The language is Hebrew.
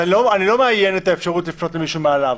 אני לא מאיין את האפשרות לפנות למישהו מעליו,